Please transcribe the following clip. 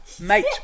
Mate